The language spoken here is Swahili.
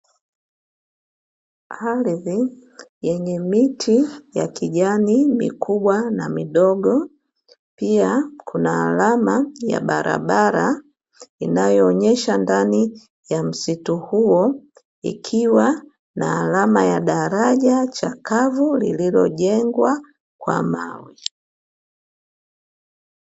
Ardhi yenye miti ya kijani mikubwa na midogo, pia kuna alama ya barabara inayoonyesha ndani ya msitu huo ikiwa na alama ya daraja chakavu lililojengwa kwa mawe.